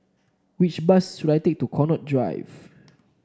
which bus should I take to Connaught Drive